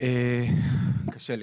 קשה לי.